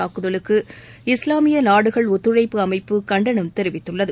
தாக்குதலுக்கு இஸ்லாமிய நாடுகள் ஒத்துழைப்பு அமைப்பு கண்டனம் தெரிவித்துள்ளது